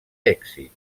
èxit